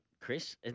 Chris